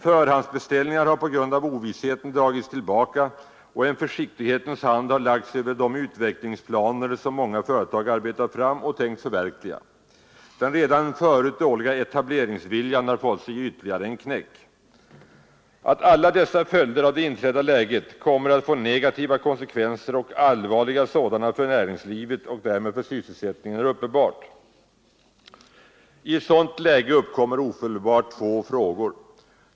Förhandsbeställningar har på grund av ovissheten dragits tillbaka, och en försiktighetens hand har lagt sig över de utvecklingsplaner som många företag arbetat fram och tänkt förverkliga. Den redan förut dåliga etableringsviljan har fått sig ytterligare en knäck. Att alla dessa följder av det inträdda läget kommer att få negativa konsekvenser, och allvarliga sådana, för näringslivet och därmed för sysselsättningen är uppenbart. I ett sådant läge uppkommer ofelbart två frågor.